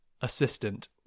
assistant